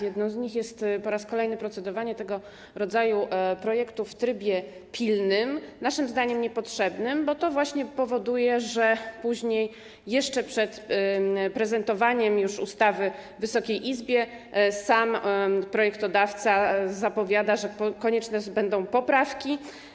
Jedną z nich jest po raz kolejny procedowanie nad tego rodzaju projektem w trybie pilnym, co jest naszym zdaniem niepotrzebne, bo to właśnie powoduje, że później, jeszcze przed prezentowaniem ustawy Wysokiej Izbie, sam projektodawca zapowiada, że konieczne będą poprawki.